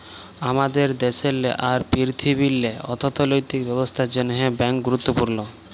আমাদের দ্যাশেল্লে আর পীরথিবীল্লে অথ্থলৈতিক ব্যবস্থার জ্যনহে ব্যাংক গুরুত্তপুর্ল